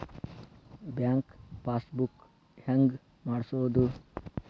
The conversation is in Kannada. ಬ್ಯಾಂಕ್ ಪಾಸ್ ಬುಕ್ ಹೆಂಗ್ ಮಾಡ್ಸೋದು?